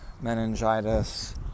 meningitis